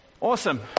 awesome